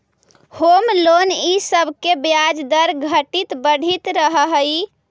home loan इ सब के ब्याज दर घटित बढ़ित रहऽ हई